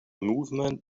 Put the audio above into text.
movement